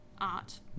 art